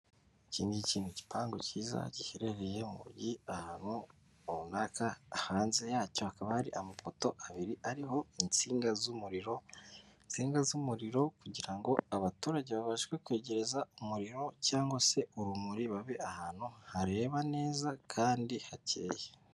Iki ngiki ni igipangu kiza giherereye ahantu runaka. Hanze yacyo hakaba hari amapoto abiri ariho insinga z'umuriro, insinga z'umuriro kugira ngo abaturage babashe kwegerezwa umuriro cyangwa se urumuri babe ahantu hareba neza kandi hakeye.